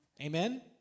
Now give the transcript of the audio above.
Amen